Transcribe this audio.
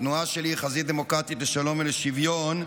התנועה שלי, חזית דמוקרטית לשלום ולשוויון,